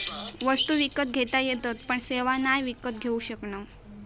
वस्तु विकत घेता येतत पण सेवा नाय विकत घेऊ शकणव